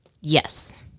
Yes